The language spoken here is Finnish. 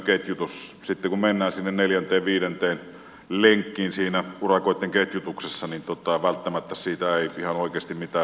sitten kun mennään sinne neljänteen viidenteen lenkkiin siinä urakoitten ketjutuksessa niin välttämättä siitä ei ihan oikeasti mitään hyvää seuraa